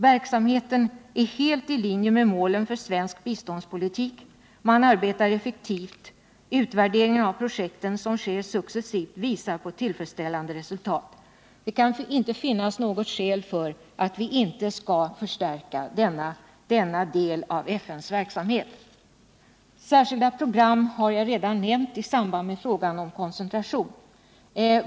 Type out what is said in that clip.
Verksamheten är helt i linje med målen för svensk biståndspolitik. Man arbetar effektivt. Utvärderingen av projekten, som sker successivt, visar på tillfredsställande resultat. Det kan inte finnas något skäl till att vi inte skall förstärka denna del av FN:s verksamhet. Särskilda program har jag redan nämnt i samband med frågan om koncentration.